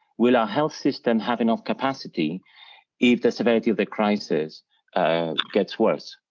will our health system have enough capacity if the severity of the crisis ah gets worse.